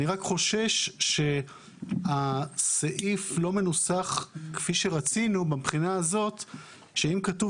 אני רק חושש שהסעיף לא מנוסח כפי שרצינו מבחינה זו שאם כתוב